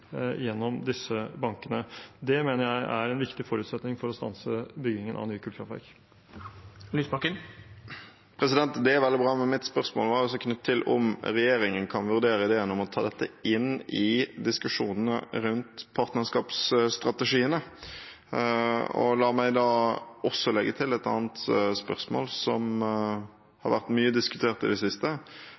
gjennom disse bankene. Det mener jeg er en viktig forutsetning for å stanse byggingen av nye kullkraftverk. Det er vel og bra, men mitt spørsmål var om regjeringen kan vurdere det gjennom å ta dette inn i diskusjonene rundt partnerskapsstrategiene. La meg også legge til et annet spørsmål, som har vært mye diskutert i det siste,